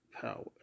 power